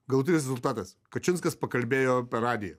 galutinis rezultatas kačinskas pakalbėjo per radiją